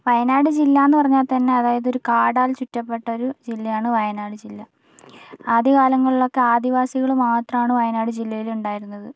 വയനാട് ജില്ലയെന്നു പറഞ്ഞാൽ തന്നെ അതായത് ഒരു കാടാൽ ചുറ്റപ്പെട്ടൊരു ജില്ലയാണ് വയനാട് ജില്ല ആദ്യകാലങ്ങളിലൊക്കെ ആദിവാസികൾ മാത്രമാണ് വയനാട് ജില്ലയിൽ ഉണ്ടായിരുന്നത്